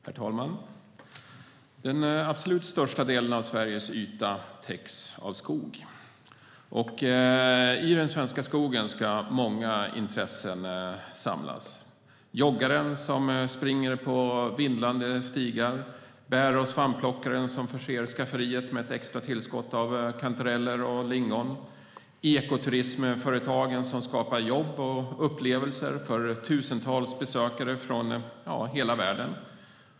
Herr talman! Den absolut största delen av Sveriges yta täcks av skog. I den svenska skogen ska många intressen samsas. Det är bland andra joggaren som springer på vindlande stigar, bär och svampplockaren som förser skafferiet med ett tillskott av kantareller och lingon och ekoturismföretagen som skapar jobb och upplevelser för tusentals besökare från hela världen.